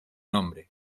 nombre